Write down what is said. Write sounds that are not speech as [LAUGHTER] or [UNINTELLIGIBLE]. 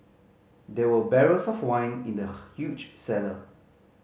there were barrels of wine in the [UNINTELLIGIBLE] huge cellar